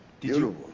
Beautiful